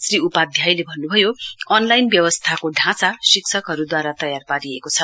श्री उपाध्यायले भन्नुभयो अनलाइन व्यवस्थाको रूपरेखा शिक्षकहरूद्वारा तयार पारिएको छ